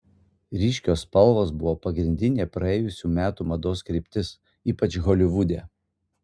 ryškios spalvos buvo pagrindinė praėjusių metų mados kryptis ypač holivude